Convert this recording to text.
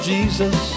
Jesus